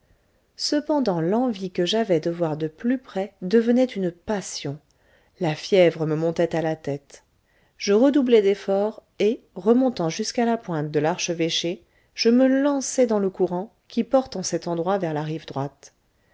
cependant l'envie que j'avais de voir de plus près devenait une passion la fièvre me montait à la tête je redoublai d'efforts et remontant jusqu'à la pointe de l'archevêché je me lançai dans le courant qui porte en cet endroit vers la rive droite